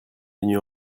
venus